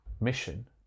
mission